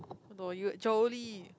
no you Jolie